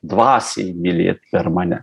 dvasiai mylėt per mane